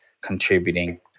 contributing